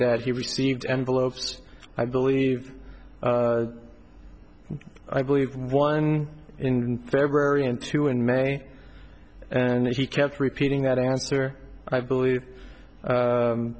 that he received envelopes i believe i believe one in february and two in may and he kept repeating that answer i believe